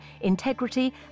integrity